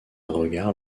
regard